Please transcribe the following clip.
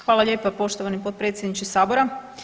Hvala lijepa poštovani potpredsjedniče sabora.